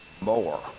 more